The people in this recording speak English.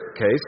case